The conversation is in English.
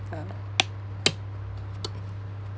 err